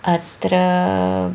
अत्र